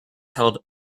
held